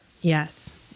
Yes